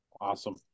Awesome